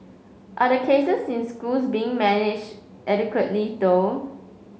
are the cases in schools being manage adequately though